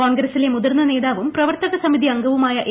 കോൺഗ്രസിള്ലൂ മൂതിർന്ന നേതാവും പ്രവർത്തക സമിതി അംഗവുമായ എ